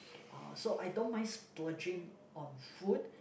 uh so I don't mind splurging on food